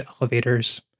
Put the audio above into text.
elevators